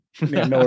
no